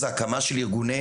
זה הקמה של ארגוני